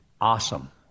Awesome